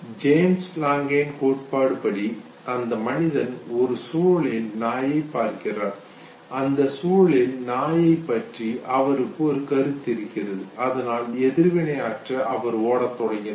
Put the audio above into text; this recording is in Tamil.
ஜேம்ஸ் லாங்கே கோட்பாடு படி அந்த மனிதன் ஒரு சூழலில் நாயைப் பார்க்கிறார் அந்த சூழலில் நாயைப் பற்றி அவருக்கு ஒரு கருத்து இருக்கிறது அதனால் எதிர்வினையாற்ற அவர் ஓட தொடங்கினார்